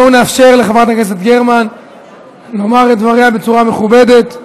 בואו נאפשר לחברת הכנסת גרמן לומר את דבריה בצורה מכובדת.